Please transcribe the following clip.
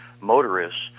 motorists